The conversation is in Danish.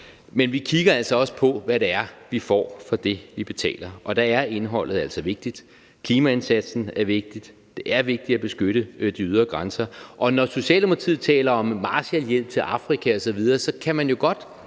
men vi kigger altså også på, hvad det er, vi får for det, vi betaler. Og der er indholdet altså vigtigt. Klimaindsatsen er vigtig. Det er vigtigt at beskytte de ydre grænser. Og når Socialdemokratiet taler om Marshallhjælp til Afrika osv., kan man jo godt